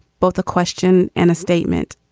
both a question and a statement.